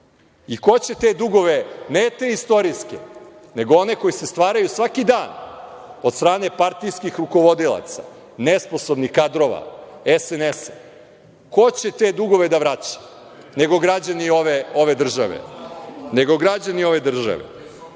I, ko će te dugove, ne te istorijske nego one koji se stvaraju svaki dan od strane partijskih rukovodilaca, nesposobnih kadrova SNS-a, ko će te dugove da vraća nego građani ove države. Ono